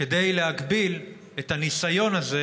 כדי להגביל את הניסיון הזה,